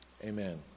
Amen